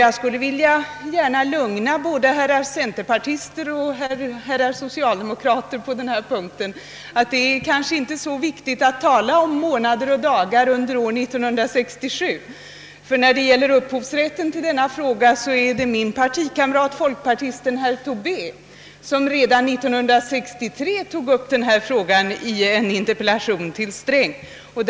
Jag skulle gärna vilja lugna både herrar centerpartister och herrar socialdemokrater på denna punkt med att påpeka att det kanske inte är så viktigt att tala om månader och dagar under år 1967 i detta sammanhang. Vad beträffar upphovsrätten härvidlag så tog min partikamrat folkpartisten herr Tobé redan 1963 upp denna fråga i en interpellation till finansminister Sträng.